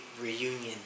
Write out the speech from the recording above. reunion